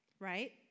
right